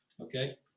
Okay